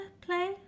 play